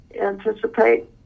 anticipate